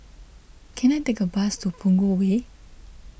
can I take a bus to Punggol Way